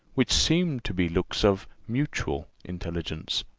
which seemed to be looks of mutual intelligence.